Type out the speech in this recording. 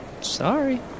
Sorry